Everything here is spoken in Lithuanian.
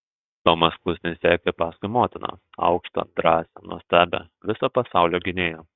tomas klusniai sekė paskui motiną aukštą drąsią nuostabią viso pasaulio gynėją